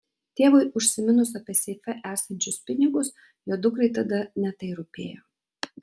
tėvui užsiminus apie seife esančius pinigus jo dukrai tada ne tai rūpėjo